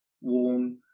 warm